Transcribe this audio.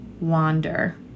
wander